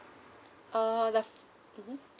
uh mmhmm